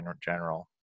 general